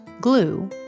glue